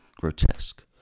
grotesque